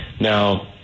Now